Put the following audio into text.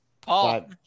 Paul